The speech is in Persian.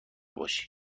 باشی